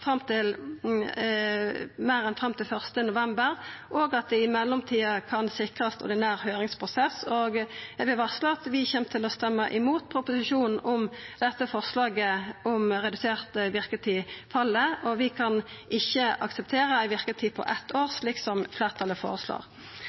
enn fram til 1. november. I mellomtida må det sikrast ordinær høyringsprosess. Eg vil varsla at vi kjem til å stemma imot proposisjonen dersom forslaget om redusert verketid fell. Vi kan ikkje akseptera ei verketid på eitt år,